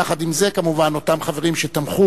יחד עם זה, כמובן, אותם חברים שתמכו